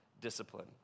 discipline